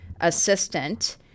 assistant